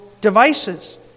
devices